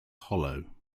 hollow